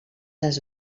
les